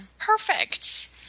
Perfect